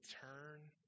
turn